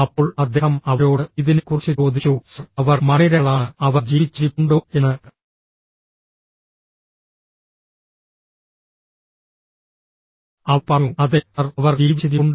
അപ്പോൾ അദ്ദേഹം അവരോട് ഇതിനെക്കുറിച്ച് ചോദിച്ചു സർ അവർ മണ്ണിരകളാണ് അവർ ജീവിച്ചിരിപ്പുണ്ടോ എന്ന് അവർ പറഞ്ഞു അതെ സർ അവർ ജീവിച്ചിരിപ്പുണ്ട്